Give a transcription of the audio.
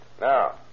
Now